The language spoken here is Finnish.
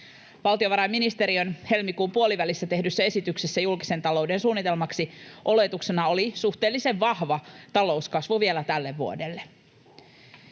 Valtiovarainministeriön helmikuun puolivälissä tehdyssä esityksessä julkisen talouden suunnitelmaksi oletuksena oli suhteellisen vahva talouskasvu vielä tälle vuodelle.